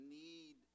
need